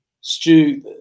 Stu